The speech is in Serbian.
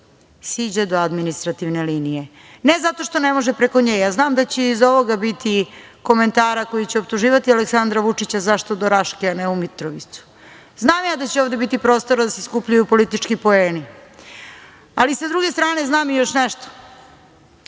siđe do administrativne linije, ne zato što ne može preko nje, ja znam da će iza ovoga biti komentara koji će optuživati Aleksandra Vučića zašto do Raške, a ne u Mitrovicu. Znam ja da će ovde biti prostora da se skupljaju politički poeni, ali sa druge strane znam ja još nešto,